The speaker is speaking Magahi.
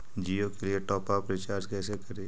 जियो के लिए टॉप अप रिचार्ज़ कैसे करी?